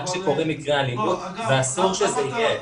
כשקורים מקרי אלימות ואסור שזה יהיה כך.